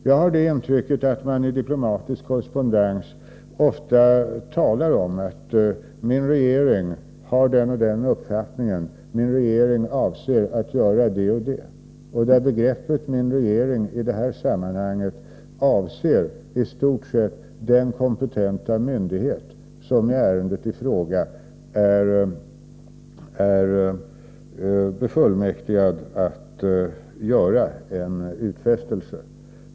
Jag har det intrycket att man i diplomatisk korrespondens ofta talar om att min regering har den och den uppfattningen, min regering avser att göra det och det, och att begreppet min regering i detta sammanhang avser i stort sett den kompetenta myndighet som i ärendet i fråga är befullmäktigad att göra något.